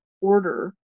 order